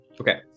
Okay